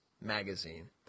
magazine